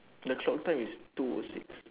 the clock time is two O six